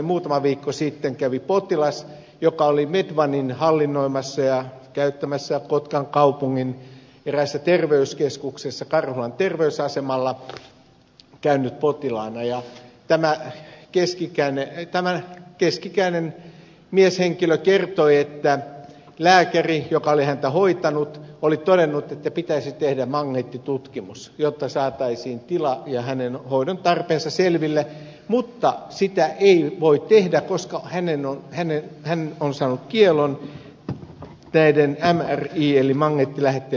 muutama viikko sitten kävi potilas joka oli medonen hallinnoimassa ja käyttämässä kotkan kaupungin eräässä terveyskeskuksessa karhulan terveysasemalla käynyt potilaana ja tämä keski ikäinen mieshenkilö kertoi että lääkäri joka oli häntä hoitanut oli todennut että pitäisi tehdä magneettitutkimus jotta saataisiin hänen tilansa ja hoidon tarpeensa selville mutta sitä ei voi tehdä koska hän on saanut kiellon näiden mri eli magneettilähetteiden tekemiseen